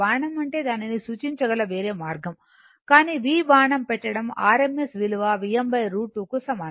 బాణం అంటే దానిని సూచించగల వేరే మార్గం కానీ v బాణం పెట్టడం rms విలువ Vm √ 2 కు సమానం